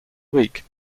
week